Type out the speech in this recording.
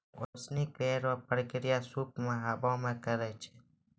ओसौनी केरो प्रक्रिया सूप सें हवा मे करै छै